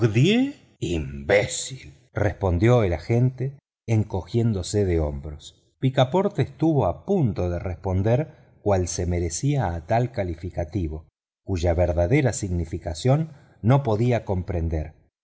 imbécil respondió el agente encogiéndose de hombros picaporte estuvo a punto de responder cual se merecía a tal calificativo cuya verdadera significación no podía comprender